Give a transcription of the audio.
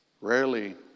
Rarely